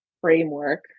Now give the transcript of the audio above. framework